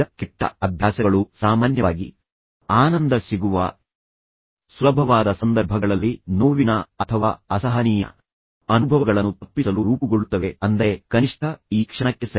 ಈಗ ಕೆಟ್ಟ ಅಭ್ಯಾಸಗಳು ಸಾಮಾನ್ಯವಾಗಿ ಆನಂದ ಸಿಗುವ ಸುಲಭವಾದ ಸಂದರ್ಭಗಳಲ್ಲಿ ನೋವಿನ ಅಥವಾ ಅಸಹನೀಯ ಅನುಭವಗಳನ್ನು ತಪ್ಪಿಸಲು ರೂಪುಗೊಳ್ಳುತ್ತವೆ ಅಂದರೆ ಕನಿಷ್ಠ ಈ ಕ್ಷಣಕ್ಕೆ ಸರಿ